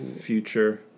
Future